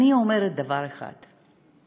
אני אומרת דבר אחד: